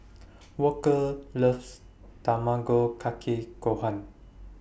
Walker loves Tamago Kake Gohan